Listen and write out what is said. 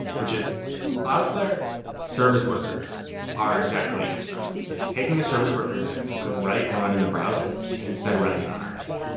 which is cloudflare service workers are exactly what you described. it's taking a service worker that you could write and run in the browser and instead running it on our edge.